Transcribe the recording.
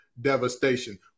devastation